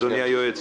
זה הזמן.